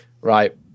Right